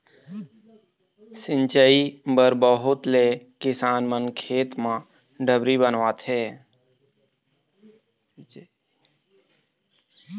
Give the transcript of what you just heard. सिंचई बर बहुत ले किसान मन खेत म डबरी बनवाथे